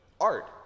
Art